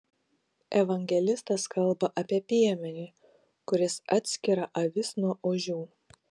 evangelistas kalba apie piemenį kuris atskira avis nuo ožių